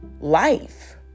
life